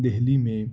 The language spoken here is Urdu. دلی میں